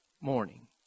morning